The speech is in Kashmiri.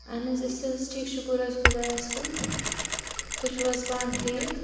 اہن حظ أسۍ حظ ٹھیٖک شُکُر حظ خۄدایس کُن تُہُۍ چھِو حظ پانہٕ ٹھیٖک